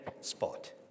spot